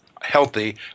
healthy